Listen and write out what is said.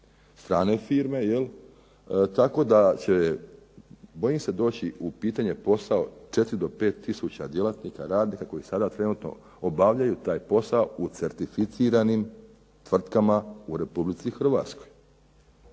strane firme, tako da će bojim se doći u pitanje posao 4 do 5 tisuća djelatnika, radnika koji sada trenutno obavljaju taj posao u certificiranim tvrtkama u RH. Jeli nama to